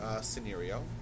scenario